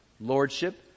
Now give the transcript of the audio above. Lordship